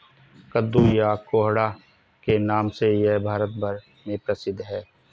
कद्दू या कोहड़ा के नाम से यह भारत भर में प्रसिद्ध है